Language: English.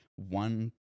one